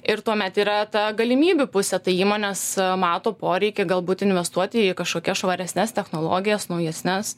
ir tuomet yra ta galimybių pusė tai įmonės mato poreikį galbūt investuoti į kažkokias švaresnes technologijas naujesnes